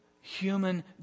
human